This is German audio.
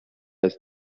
ist